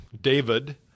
David